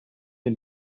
der